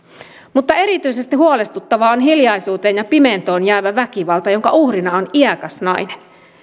mutta erityisesti huolestuttavaa on hiljaisuuteen ja pimentoon jäävä väkivalta jonka uhrina on iäkäs nainen